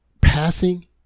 passing